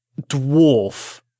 dwarf